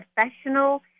professional